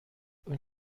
اون